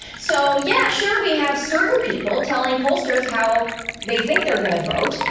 so, yeah, sure we have certain people telling pollsters how they think they're gonna vote,